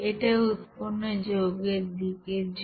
এটা উৎপন্ন যৌগের দিকের জন্য